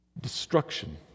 Destruction